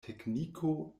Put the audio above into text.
tekniko